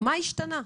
מה השתנה?